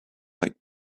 like